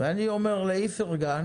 אני אומר לספיר איפרגן